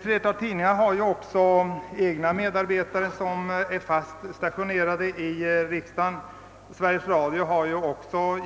Flera tidningar har också egna medarbetare som är fast stationerade i riksdagen, och Sveriges Radio har för